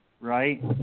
right